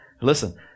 listen